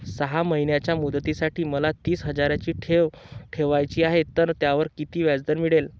सहा महिन्यांच्या मुदतीसाठी मला तीस हजाराची ठेव ठेवायची आहे, तर त्यावर किती व्याजदर मिळेल?